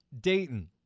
Dayton